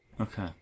Okay